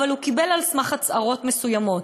אבל הוא קיבל על סמך הצהרות מסוימות,